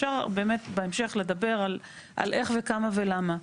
אפשר בהמשך לדבר על איך וכמה ולמה,